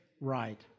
right